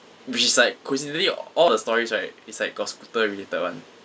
which is like coincidentally all the stories right it's like got scooter related one